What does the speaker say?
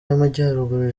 y’amajyaruguru